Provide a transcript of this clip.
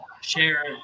share